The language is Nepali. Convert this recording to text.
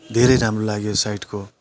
धेरै राम्रो लाग्यो यो साइटको